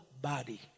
body